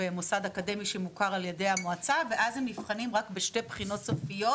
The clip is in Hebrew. במוסד אקדמאי שמוכר על ידי המועצה ואז הם נבחנים רק בשתי בחינות סופיות,